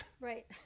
Right